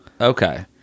okay